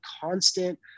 constant